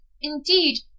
indeed